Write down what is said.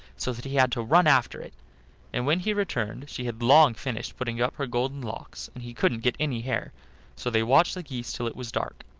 so that he had to run after it and when he returned she had long finished putting up her golden locks, and he couldn't get any hair so they watched the geese till it was dark.